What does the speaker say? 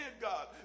God